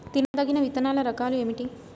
తినదగిన విత్తనాల రకాలు ఏమిటి?